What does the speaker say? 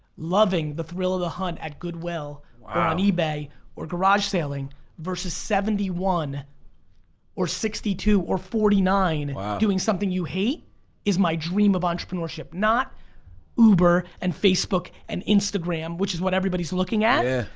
loving the thrill of the hunt at goodwill or on ebay or garage saling versus seventy one or sixty two or forty nine doing something you hate is my dream of entrepreneurship. not uber and facebook and instagram, which is what everybody's looking at. ah